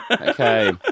Okay